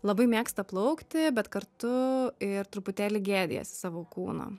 labai mėgsta plaukti bet kartu ir truputėlį gėdijasi savo kūno